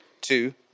two